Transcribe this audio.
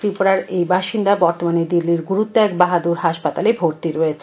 ত্রিপুরার এই বাসিন্দা বর্তমানে দিল্লির গুরুত্যাগ বাহাদুর হাসপাতালে ভর্তি রয়েছেন